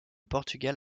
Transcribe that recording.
portugal